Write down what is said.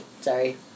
Sorry